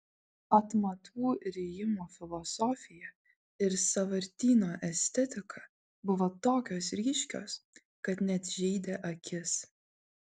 atmatų rijimo filosofija ir sąvartyno estetika buvo tokios ryškios kad net žeidė akis